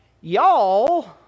Y'all